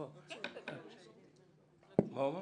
וממוצאי שבת,